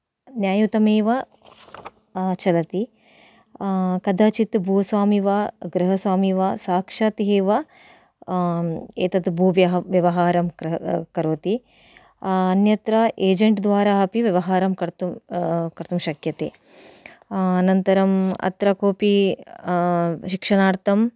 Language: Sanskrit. न्याययुतमेव चलति कदाचित् भूस्वामि वा गृहस्वामि वा साक्षात् एव एतत् भूव्यवहारं करोति अन्यत्र एजेण्ट् द्वारा अपि व्यवहारं कर्तुं कर्तुं शक्यते अनन्तरम् अत्र कोऽपि शिक्षणार्थं